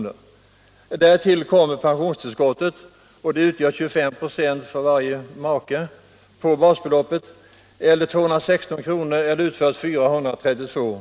Till detta kommer pensionstillskottet, och det utgör 25 96 på basbeloppet för varje make, eller 432 kr.